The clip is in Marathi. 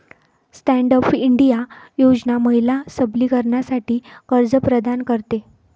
स्टँड अप इंडिया योजना महिला सबलीकरणासाठी कर्ज प्रदान करते